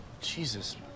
Jesus